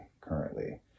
currently